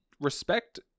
respect